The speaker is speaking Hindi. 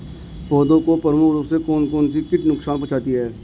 पौधों को प्रमुख रूप से कौन कौन से कीट नुकसान पहुंचाते हैं?